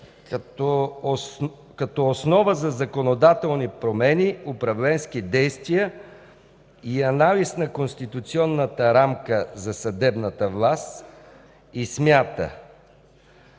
като основа за законодателни промени, управленчески действия и анализ на конституционната рамка за съдебната власт и смята”